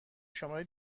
شماره